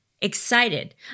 Excited